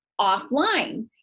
offline